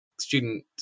Student